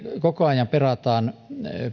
koko ajan perataan